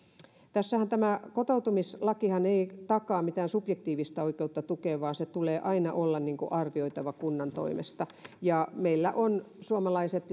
tämä kotoutumislakihan ei takaa mitään subjektiivista oikeutta tukeen vaan sen tulee aina olla kunnan toimesta arvioitava ja meillä suomalaiset